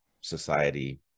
society